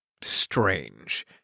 strange